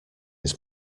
his